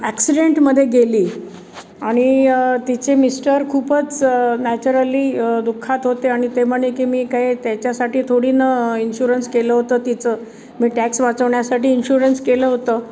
ॲक्सिडेंटमध्ये गेली आणि तिचे मिस्टर खूपच नॅचरली दुःखात होते आणि ते म्हणले की मी काय त्याच्यासाठी थोडीनं इन्शुरन्स केलं होतं तिचं मी टॅक्स वाचवण्यासाठी इन्श्युरन्स केलं होतं